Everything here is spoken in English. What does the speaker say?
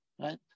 Right